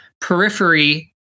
periphery